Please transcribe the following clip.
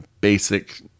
basic